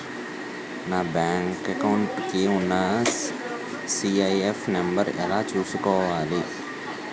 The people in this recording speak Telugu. నా బ్యాంక్ అకౌంట్ కి ఉన్న సి.ఐ.ఎఫ్ నంబర్ ఎలా చూసుకోవాలి?